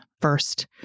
first